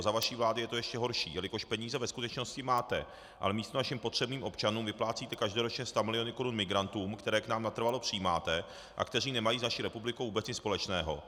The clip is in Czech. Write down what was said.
Za vaší vlády je to ještě horší, jelikož peníze ve skutečnosti máte, ale místo našim potřebným občanům vyplácíte každoročně stamiliony migrantům, které k nám natrvalo přijímáte a kteří nemají s naší republikou vůbec nic společného.